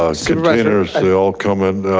ah containers they all come in,